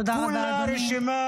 תודה רבה, אדוני.